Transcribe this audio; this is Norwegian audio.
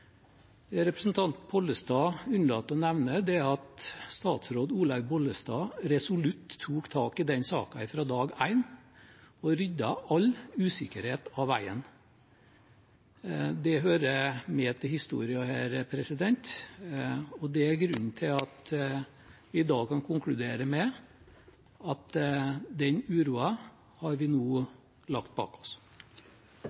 representanten Pollestad unnlater å nevne, er at statsråd Olaug V. Bollestad resolutt tok tak i den saken fra dag én og ryddet all usikkerhet av veien. Det hører med til historien her, og det er grunnen til at vi i dag kan konkludere med at den uroen har vi nå